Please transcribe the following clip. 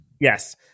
Yes